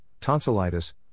tonsillitis